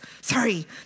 Sorry